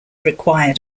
required